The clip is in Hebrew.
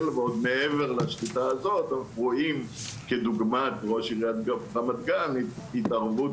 ועוד מעבר לשליטה הזאת רואים כדוגמת ראש עיריית רמת גן התערבות